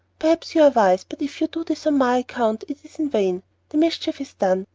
perhaps you are wise, but if you do this on my account, it is in vain the mischief is done,